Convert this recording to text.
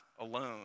alone